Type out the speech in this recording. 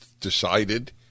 decided